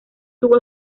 tuvo